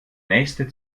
nächste